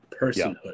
personhood